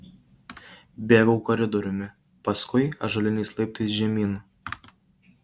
bėgau koridoriumi paskui ąžuoliniais laiptais žemyn